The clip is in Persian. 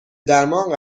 درمان